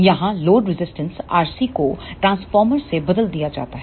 यहां load resistance RC को transformer से बदल दिया जाता है